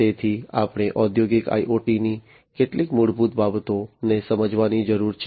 તેથી આપણે ઔદ્યોગિક IoT ની કેટલીક મૂળભૂત બાબતોને સમજવાની જરૂર છે